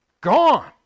gone